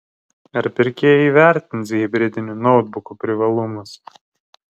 ar pirkėjai įvertins hibridinių noutbukų privalumus